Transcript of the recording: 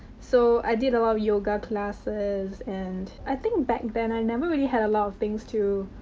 so, i did a lot of yoga classes and i think back then, i never really had a lot of things to.